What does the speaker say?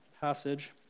passage